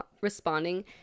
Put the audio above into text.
responding